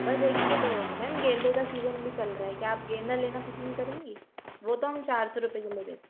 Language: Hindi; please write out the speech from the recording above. बस एक किलो मैम गेंदे का सीज़न भी चल रहा है क्या आप गेंदा लेना पसंद करेंगी वो तो हम चार सौ रुपये किलो देते हैं